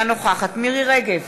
אינה נוכחת מירי רגב,